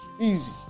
Easy